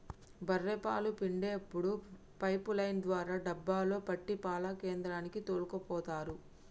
బఱ్ఱె పాలు పిండేప్పుడు పైపు లైన్ ద్వారా డబ్బాలో పట్టి పాల కేంద్రానికి తోల్కపోతరు